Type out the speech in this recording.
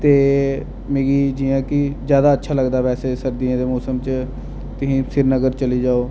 ते मिगी जि'यां कि जैदा अच्छा लगदा वैसे सर्दियें दे मौसम च तुस श्रीनगर चली जाओ